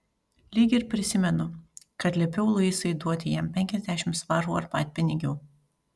lyg ir prisimenu kad liepiau luisai duoti jam penkiasdešimt svarų arbatpinigių